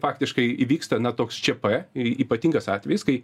faktiškai įvyksta na toks čia pė ypatingas atvejis kai